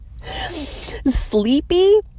Sleepy